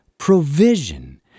provision